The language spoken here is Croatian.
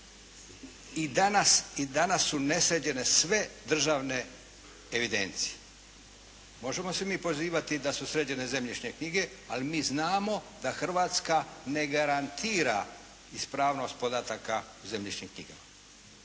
i danas su nesređene sve državne evidencije. Možemo se mi pozivati da su sređene zemljišne knjige, ali mi znamo da Hrvatska ne garantira ispravnost podataka u zemljišnim knjigama.